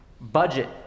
budget